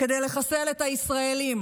כדי לחסל את הישראלים,